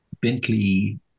Bentley